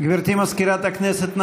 גברתי מזכירת הכנסת,